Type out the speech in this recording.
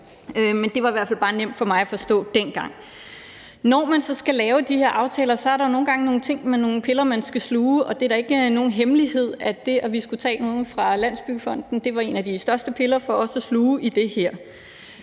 Men det var i hvert fald bare nemt for mig at forstå dengang. Når man så skal lave de her aftaler, er der jo nogle gange nogle ting med nogle piller, man skal sluge, og det er da ikke nogen hemmelighed, at det, at vi skulle tage noget fra Landsbyggefonden, var en af de største piller for os at sluge i det her.